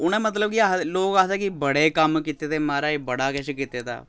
उ'नें मतलब कि आखदे लोक आखदे कि बड़े कम्म कीते दे महाराज बड़ा किश कीते दा